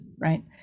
right